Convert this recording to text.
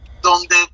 donde